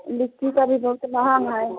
लीची तो अभी बहुत महँगी है